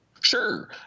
Sure